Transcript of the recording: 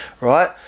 Right